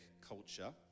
culture